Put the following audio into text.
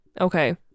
Okay